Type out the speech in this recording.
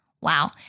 Wow